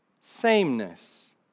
Sameness